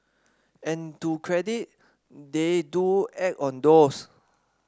and to credit they do act on those